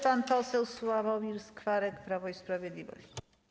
Pan poseł Sławomir Skwarek, Prawo i Sprawiedliwość.